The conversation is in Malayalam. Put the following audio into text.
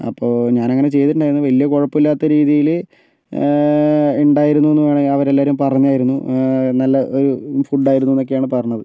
അപ്പോൾ ഞാനങ്ങനെ ചെയ്തിട്ടുണ്ടായിരുന്നു വലിയ കുഴപ്പമില്ലാത്ത രീതിയിൽ ഉണ്ടായിരുന്നുവെന്ന് വേണമെങ്കിൽ അവർ എല്ലാവരും പറഞ്ഞായിരുന്നു നല്ല ഒരു ഫുഡ്ഡായിരുന്നുവെന്ന് ഒക്കെയാണ് പറഞ്ഞത്